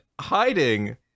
hiding